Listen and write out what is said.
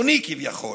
לא בעסקים ולא באבטלה.